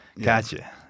Gotcha